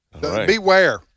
beware